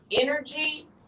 energy